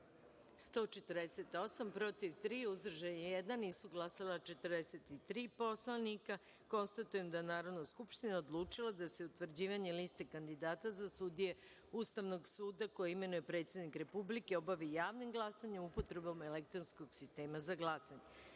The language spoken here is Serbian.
148, protiv – tri, uzdržan – jedan, nisu glasala 43 poslanika. Konstatujem da je Narodna skupština odlučila da se utvrđivanje Liste kandidata za sudije Ustavnog suda koje imenuje predsednik Republike obavi javnim glasanjem – upotrebom elektronskog sistema za glasanje. Sada